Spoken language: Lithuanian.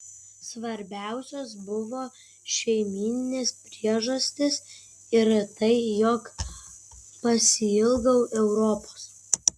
svarbiausios buvo šeimyninės priežastys ir tai jog pasiilgau europos